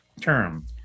term